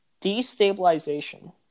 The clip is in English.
destabilization